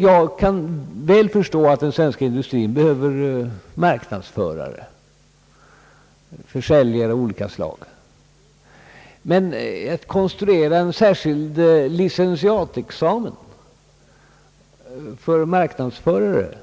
Jag kan väl förstå att den svenska industrin behöver marknadsförare och försäljare av olika slag, men behovet av att konstruera en särskild licentiatexamen för marknadsförare